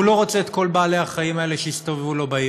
והוא לא רוצה את כל בעלי החיים האלה שיסתובבו לו בעיר,